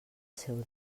seu